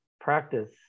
practice